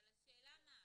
אבל השאלה מה?